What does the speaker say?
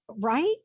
Right